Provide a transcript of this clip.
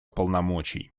полномочий